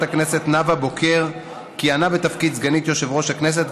הכנסת נאוה בוקר כיהנה בתפקיד סגנית יושב-ראש הכנסת,